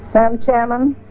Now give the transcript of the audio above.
um chairman,